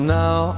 now